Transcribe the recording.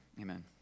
Amen